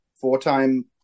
four-time